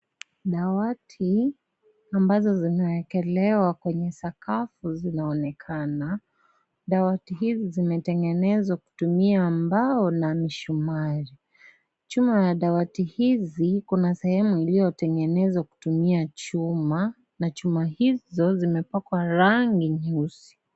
Dawati ambazo zinaekelewa kwenye sakafu zinaonekana. Dawati hizi zimetengenezwa kutumia mbao na misumari. Chuma ya dawati hizi, kuna sehemu iliyotengenezwa kutumia chuma, na chuma hizo zimepakwa rangi nyeusi.